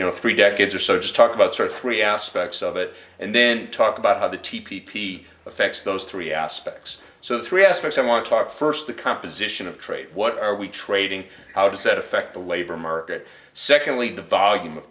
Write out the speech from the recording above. you know three decades or so just talk about sort of three aspects of it and then talk about how the t p affects those three aspects so three aspects i want to talk first the composition of trade what are we trading how does that affect the labor market secondly the volume of